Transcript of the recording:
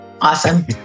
Awesome